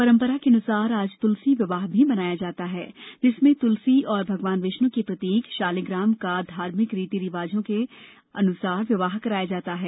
परम्परानुसार आज तुलसी विवाह भी मनाया जाता है जिसमें तुलसी और भगवान विष्णु के प्रतीक शालिग्राम का धार्मिक रीति रिवाजों के अनुरूप विवाह कराया जाता है